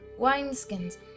wineskins